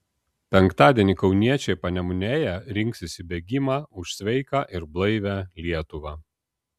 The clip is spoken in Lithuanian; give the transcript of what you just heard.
penktadienį kauniečiai panemunėje rinksis į bėgimą už sveiką ir blaivią lietuvą